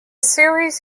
series